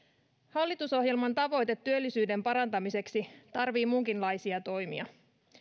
hallitusohjelman tavoite työllisyyden parantamiseksi tarvitsee muunkinlaisia toimia